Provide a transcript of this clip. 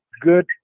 good